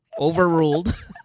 Overruled